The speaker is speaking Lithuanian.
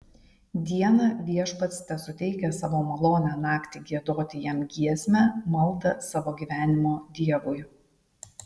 dieną viešpats tesuteikia savo malonę naktį giedoti jam giesmę maldą savo gyvenimo dievui